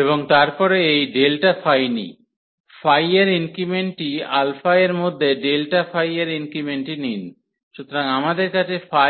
এবং তারপরে এই ΔΦ নিই Φ এর ইনক্রিমেন্টটি α এর মধ্যে ΔΦ এর ইনক্রিমেন্টটি নিন সুতরাং আমাদের কাছে Φα